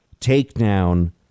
takedown